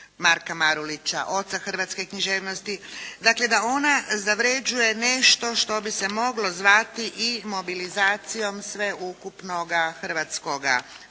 Marka Marulića, oca hrvatske književnosti. Dakle da ona zavređuje nešto što bi se moglo zvati i mobilizacijom sveukupnoga hrvatskoga